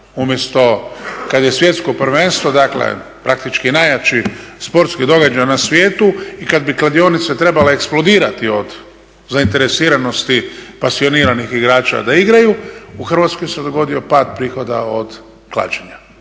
umjesto kada je svjetsko prvenstvo dakle praktički najjači sportski događaj na svijetu i kada bi kladionice trebale eksplodirati od zainteresiranosti pasioniranih igrača da igraju u Hrvatskoj se dogodio pad prihoda od klađenja.